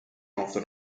after